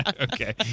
Okay